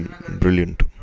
brilliant